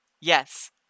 Yes